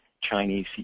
Chinese